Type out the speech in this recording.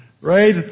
Right